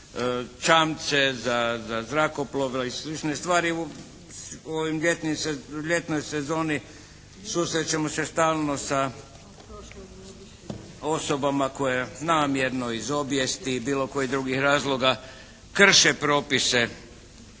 čamce, za zrakoplove i slične stvari. U ovoj ljetnoj sezoni susrećemo se stalno sa osobama namjerno, iz obijesti i bilo kojih drugih razloga krše propise